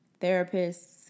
therapists